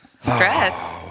stress